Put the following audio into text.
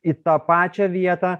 į tą pačią vietą